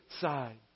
side